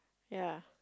ya